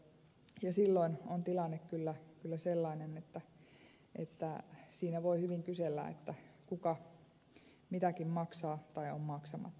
ja silloin on tilanne kyllä sellainen että siinä voi hyvin kysellä kuka mitäkin maksaa tai on maksamatta